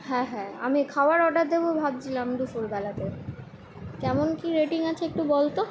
হ্যাঁ হ্যাঁ আমি খাবার অর্ডার দেবো ভাবযিলাম দুপুরবেলাতে কেমন কী রেটিং আছে একটু বল তো